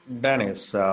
Dennis